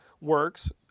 works